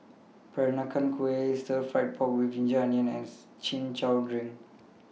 Peranakan Kueh Stir Fried Pork with Ginger Onions and Chin Chow Drink